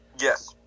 Yes